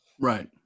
Right